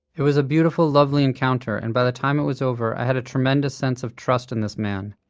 it was a beautiful, lovely encounter, and by the time it was over i had a tremendous sense of trust in this man.